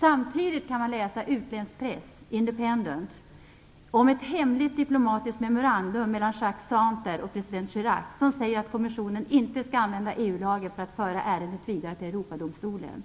Samtidigt kan man läsa i utländsk press, Independent, om ett hemligt diplomatiskt memorandum mellan Jacques Santer och president Chirac som säger att kommissionen inte skall använda EU-lagen för att föra ärendet vidare till Europadomstolen.